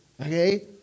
okay